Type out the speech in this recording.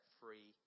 free